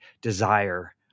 desire